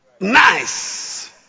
Nice